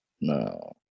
No